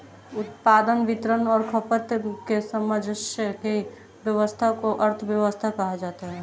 उत्पादन, वितरण और खपत के सामंजस्य की व्यस्वस्था को अर्थव्यवस्था कहा जाता है